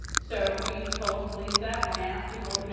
so we told the police that, and they asked people, you know